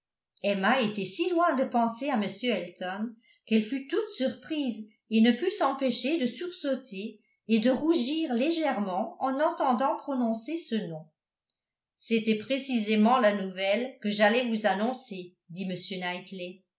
emma était si loin de penser à m elton qu'elle fut toute surprise et ne put s'empêcher de sursauter et de rougir légèrement en entendant prononcer ce nom c'était précisément la nouvelle que j'allais vous annoncer dit